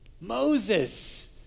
Moses